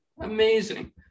amazing